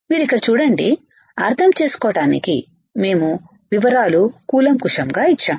మీరు ఇక్కడ చూడండి అర్థం చేసుకోడానికి మేము వివరాలు కూలంకుషంగా ఇచ్చాము